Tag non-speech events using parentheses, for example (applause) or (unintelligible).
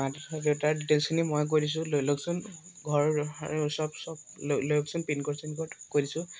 (unintelligible) ডিটেইলছখিনি মই কৈ দিছোঁ লৈ লওকচোন ঘৰ চব চব লৈ লৈ লওকচোন পিনক'ড চিনক'ড কৈ দিছোঁ